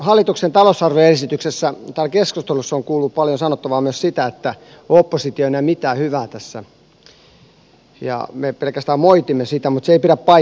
hallituksen talousarvioesityksestä täällä keskustelussa on kuullut paljon sanottavan myös sitä että oppositio ei näe siinä mitään hyvää ja me pelkästään moitimme sitä mutta se ei pidä paikkaansa